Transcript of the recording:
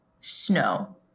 snow